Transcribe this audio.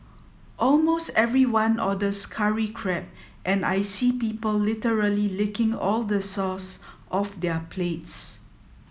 almost everyone orders curry crab and I see people literally licking all the sauce off their plates